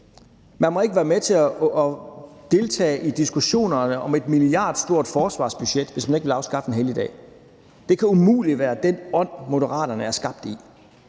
Man må ikke være med til at deltage i diskussionerne om et milliardstort forsvarsbudget, hvis man ikke vil afskaffe en helligdag. Det kan umuligt være i den ånd, Moderaterne er skabt.